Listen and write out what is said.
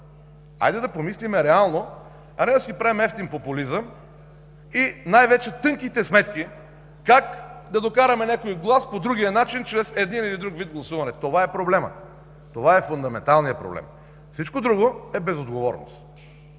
Нека да помислим реално, а не да си правим евтин популизъм и най-вече тънките сметки как да докараме някой глас по другия начин чрез един или друг вид гласуване – това е проблемът, фундаменталният проблем. Всичко друго е безотговорност!